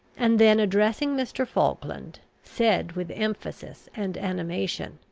and then, addressing mr. falkland, said with emphasis and animation,